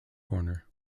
horner